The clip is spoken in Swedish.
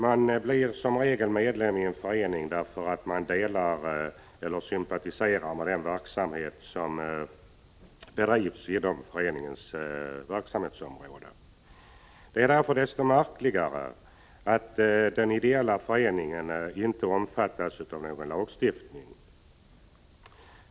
Man blir som regel medlem i en förening därför att man sympatiserar med den verksamhet som bedrivs inom föreningen. Det är mot denna bakgrund desto märkligare att den ideella föreningen inte omfattas av någon lagstiftning.